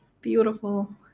beautiful